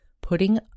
putting